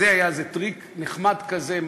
זה היה טריק נחמד כזה,